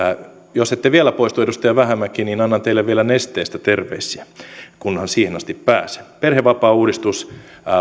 jos ette vielä poistu edustaja vähämäki niin annan teille vielä nesteestä terveisiä kunhan siihen asti pääsen perhevapaauudistus